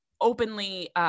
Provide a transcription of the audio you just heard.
openly –